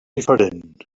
diferent